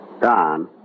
Don